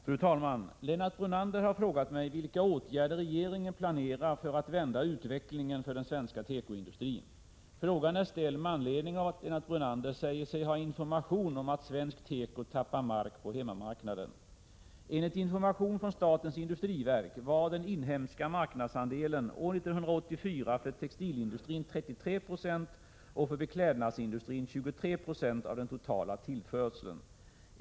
Fru talman! Lennart Brunander har frågat mig vilka åtgärder regeringen planerar för att vända utvecklingen för den svenska tekoindustrin. Frågan är ställd med anledning av att Lennart Brunander säger sig ha information om att svensk teko tappar mark på hemmamarknaden. Enligt information från statens industriverk var den inhemska marknadsandelen år 1984 för textilindustrin 33 96 och för beklädnadsindustrin 23 96 av den totala tillförseln.